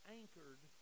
anchored